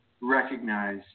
recognize